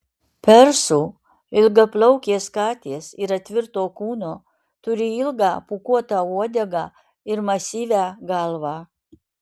persų ilgaplaukės katės yra tvirto kūno turi ilgą pūkuotą uodegą ir masyvią galvą